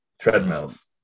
Treadmills